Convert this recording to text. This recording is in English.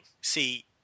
See